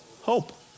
hope